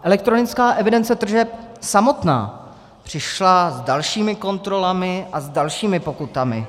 Elektronická evidence tržeb samotná přišla s dalšími kontrolami a s dalšími pokutami.